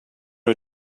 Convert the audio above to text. are